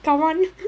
come on